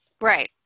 Right